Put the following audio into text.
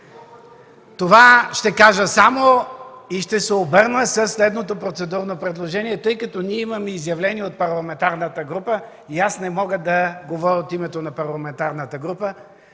Това ще кажа само и ще се обърна със следното процедурно предложение, тъй като ние имаме изявление от парламентарната група и аз не мога да говоря от името на парламентарната група.